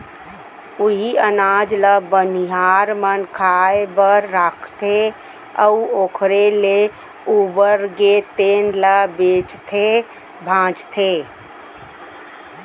उहीं अनाज ल बनिहार मन खाए बर राखथे अउ ओखर ले उबरगे तेन ल बेचथे भांजथे